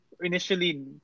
initially